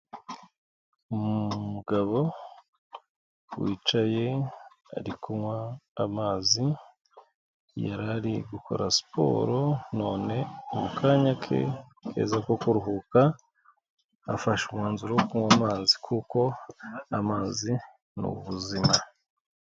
Umugabo wicaye ari kunywa amazi, yari ari gukora siporo none mu kanya ke keza ko kuruhuka afashe umwanzuro wo kunywa amazi kuko amazi ni ubuzima.